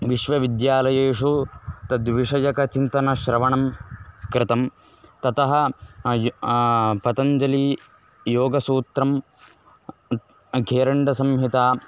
विश्वविद्यालयेषु तद्विषयकं चिन्तनं श्रवणं कृतं ततः य् पतञ्जली योगसूत्रं घेरण्डसंहिता